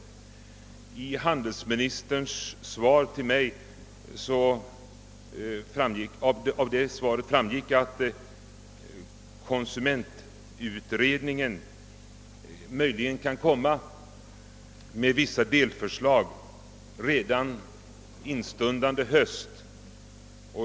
Av handelsministerns svar till mig framgick att konsumentutredningen möjligen kan framlägga vissa delförslag redan instundande höst.